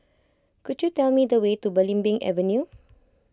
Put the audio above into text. could you tell me the way to Belimbing Avenue